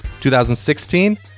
2016